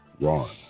Ron